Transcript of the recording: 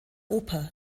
oper